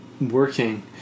working